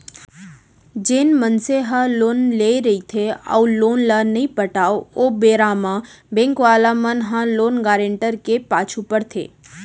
जेन मनसे ह लोन लेय रहिथे अउ लोन ल नइ पटाव ओ बेरा म बेंक वाले मन ह लोन गारेंटर के पाछू पड़थे